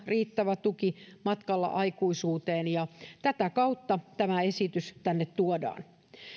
riittävä tuki matkalla aikuisuuteen ja tätä kautta tämä esitys tänne tuodaan